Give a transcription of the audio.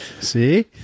See